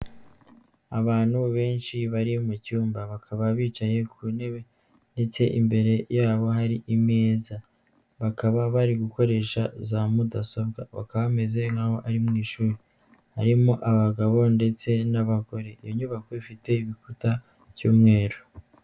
Abantu benshi bari mu cyumba, bakaba bicaye ku ntebe ndetse imbere yabo hari imeza bakaba bari gukoresha za mudasobwa, bakaba bameze nk'aho ari mu ishuri harimo abagabo ndetse n'abagore iyo nyubako ifite ibikuta by'umweru.